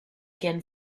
again